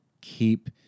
keep